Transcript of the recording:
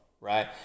right